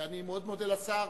ואני מאוד מודה לשר